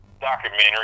Documentary